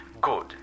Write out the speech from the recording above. Good